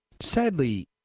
Sadly